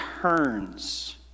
turns